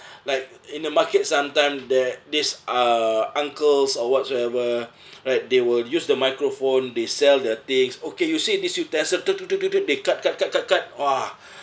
like in the market sometime there this err uncles or whatsoever right they will use the microphone they sell their things okay you say this you test certain do do do do they cut cut cut cut cut !wah!